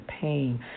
pain